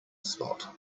spot